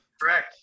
correct